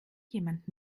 jemand